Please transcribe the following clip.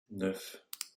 neuf